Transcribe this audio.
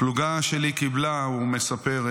הפלוגה שלי קיבלה" הוא מספר,